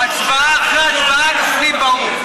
הצבעה אחרי הצבעה נופלים באו"ם.